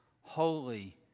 holy